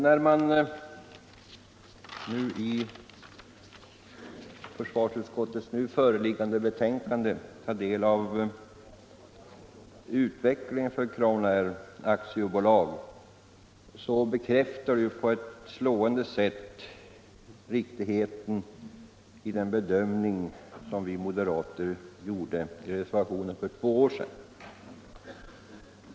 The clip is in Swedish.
När vi i försvarsutskottets nu föreliggande betänkande tar del av utvecklingen för Crownair AB finner vi att den på ett slående sätt bekräftar riktigheten i den bedömning som vi moderater gjorde i reservationen för två år sedan.